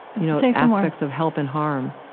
you know, the aspects of help and harm